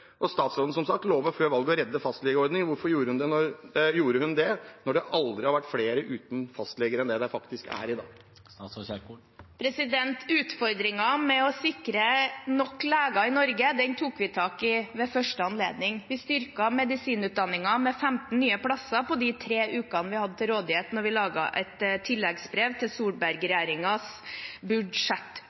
Og statsråden lovet, som sagt, før valget å redde fastlegeordningen. Hvorfor gjorde hun det, når det aldri har vært flere uten fastlege enn det det faktisk er i dag? Utfordringen med å sikre nok leger i Norge tok vi tak i ved første anledning. Vi styrket medisinutdanningen med 15 nye plasser på de tre ukene vi hadde til rådighet da vi lagde et tilleggsbrev til